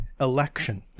election